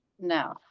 No